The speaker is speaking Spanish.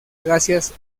gracias